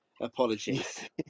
Apologies